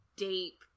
deep